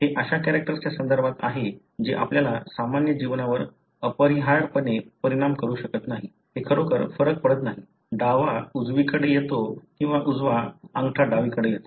हे अशा कॅरेक्टरच्या संदर्भात आहे जे आपल्या सामान्य जीवनावर अपरिहार्यपणे परिणाम करू शकत नाही हे खरोखर फरक पडत नाही डावा उजवीकडे येतो किंवा उजवा अंगठा डावीकडे येतो